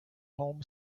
home